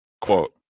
Quote